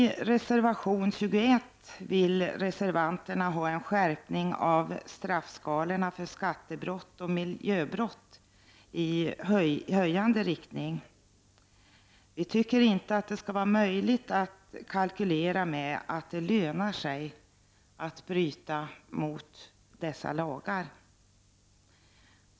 I reservation 21 vill reservanterna ha en skärpning av straffskalorna för skattebrott och miljöbrott. Det skall inte vara möjligt att kalkylera med att det kan löna sig att bryta mot dessa lagar.